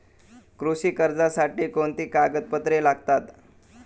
कृषी कर्जासाठी कोणती कागदपत्रे लागतात?